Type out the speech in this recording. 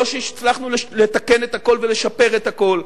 לא שהצלחנו לתקן את הכול ולשפר את הכול,